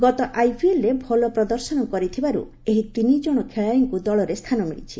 ଗତ ଆଇପିଏଲ ଭଲ ପ୍ରଦର୍ଶନ କରିଥିବାରୁ ଏହି ତିନିକ୍କଣ ଖେଳାଳିଙ୍କୁ ଦଳରେ ସ୍ଥାନ ମିଳିଛି